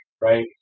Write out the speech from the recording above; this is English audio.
right